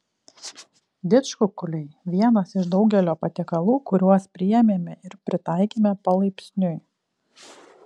didžkukuliai vienas iš daugelio patiekalų kuriuos priėmėme ir pritaikėme palaipsniui